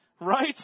Right